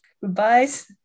goodbyes